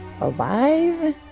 alive